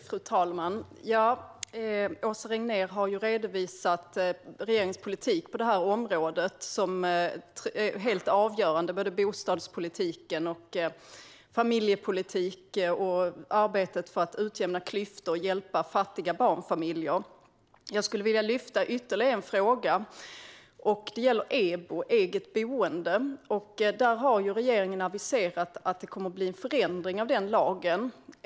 Fru talman! Åsa Regnér har redovisat regeringens politik på området, och den är helt avgörande när det gäller både bostadspolitiken och familjepolitiken liksom arbetet för att utjämna klyftor och hjälpa fattiga barnfamiljer. Jag vill lyfta ytterligare en fråga, nämligen EBO, eget boende. Regeringen har aviserat en förändring av den lagen.